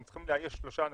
הם צריכים לאייש שלושה אנשים,